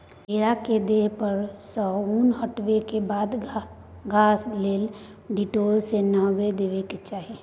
भेड़ा केर देह पर सँ उन हटेबाक बाद घाह लेल डिटोल सँ नहाए देबाक चाही